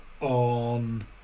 on